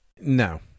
no